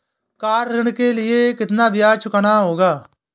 Car ऋण के लिए कितना ब्याज चुकाना होगा?